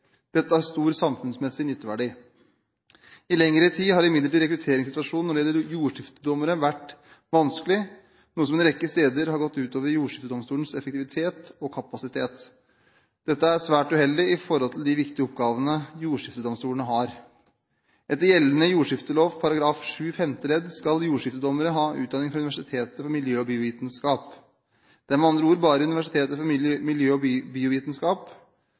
Dette har stor samfunnsmessig nytteverdi. I lengre tid har imidlertid rekrutteringssituasjonen når det gjelder jordskiftedommere vært vanskelig, noe som en rekke steder har gått ut over jordskiftedomstolenes effektivitet og kapasitet. Dette er svært uheldig med tanke på de viktige oppgavene jordskiftedomstolene har. Etter gjeldende jordskiftelov § 7 femte ledd skal jordskiftedommere ha utdanning fra Universitetet for miljø- og biovitenskap. Det er med andre ord bare Universitetet for miljø- og biovitenskap,